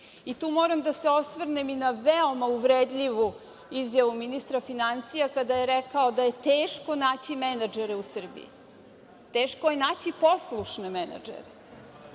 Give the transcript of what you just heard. Tu moram da se osvrnem na veoma uvredljivu izjavu ministra finansija, kada je rekao da je teško naći menadžere u Srbiji. Teško je naći poslušne menadžere